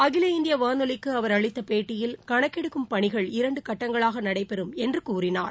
அகில இந்திய வானொலிக்கு அவர் அளித்த பேட்டியில் கணக்கெடுக்கும் பணிகள் இரண்டு கட்டங்களாக நடைபெறும் என்று கூறினார்